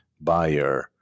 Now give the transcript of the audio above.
buyer